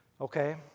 okay